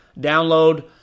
Download